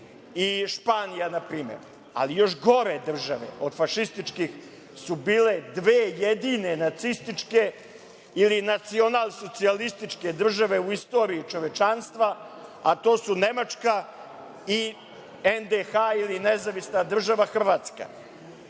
i Španija, na primer, ali još gore države od fašističkih su bile dve jedine nacističke ili nacional-socijalističke države u istoriji čovečanstva, a to su Nemačka i NDH ili Nezavisna država Hrvatska.